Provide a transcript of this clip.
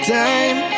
time